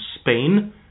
Spain